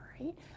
right